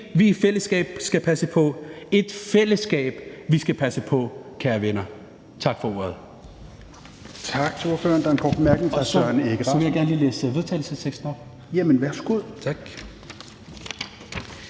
vi i fællesskab skal passe på, og et fællesskab, vi skal passe på, kære venner. Tak for ordet.